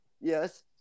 yes